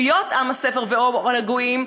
להיות עם הספר ואור לגויים,